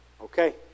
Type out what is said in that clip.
Okay